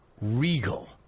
Regal